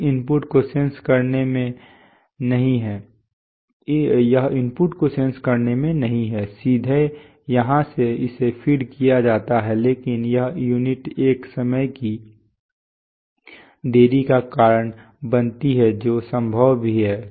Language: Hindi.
यह इनपुट को सेंस करने में नहीं है सीधे यहां से इसे फीड किया जाता है लेकिन यह यूनिट एक समय की देरी का कारण बनती है जो संभव भी है